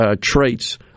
traits